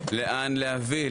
לאן להביא,